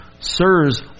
sirs